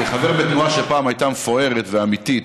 כחבר בתנועה שפעם הייתה מפוארת ואמיתית,